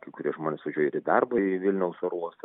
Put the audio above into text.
kai kurie žmonės važiuoja ir į darbą į vilniaus oro uostą